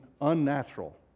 Unnatural